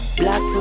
black